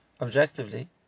objectively